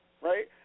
Right